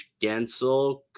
Gensel